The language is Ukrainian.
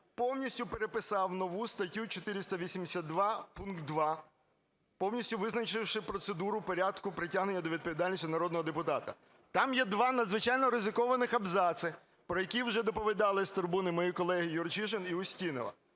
повністю переписав нову статтю 482 пункт 2, повністю визначивши процедуру порядку притягнення до відповідальності народного депутата. Там є два надзвичайно ризикованих абзаци, про які вже доповідали з трибуни мої колеги Юрчишин і Устінова.